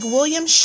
William